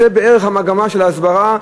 זו בערך המגמה של ההסברה.